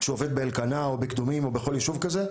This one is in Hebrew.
שעובד באלקנה או בקדומים או בכל יישוב כזה,